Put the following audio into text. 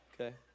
okay